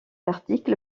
article